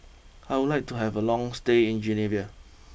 I would like to have a long stay in Guinea